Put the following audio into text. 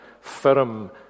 firm